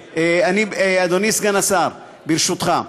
אדוני סגן השר, ברשותך,